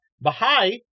Baha'i